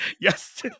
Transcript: yes